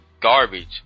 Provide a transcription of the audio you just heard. garbage